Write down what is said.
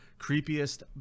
creepiest